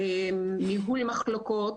ניהול מחלוקות,